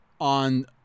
on